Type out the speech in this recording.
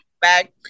back